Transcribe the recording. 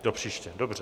Do příště, dobře.